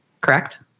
Correct